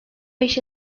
beş